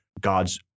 God's